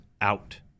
out